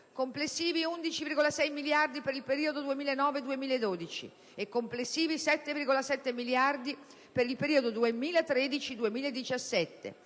complessivi 11,6 miliardi per il periodo 2009-2012 e complessivi 7,7 miliardi per il periodo 2013-2017,